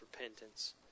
repentance